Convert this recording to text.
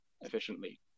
efficiently